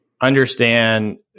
understand